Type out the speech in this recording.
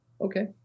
okay